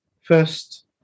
first